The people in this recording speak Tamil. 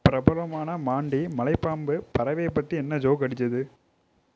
பிரபலமான மான்டி மலைப்பாம்பு பறவையை பற்றி என்ன ஜோக் அடிச்சது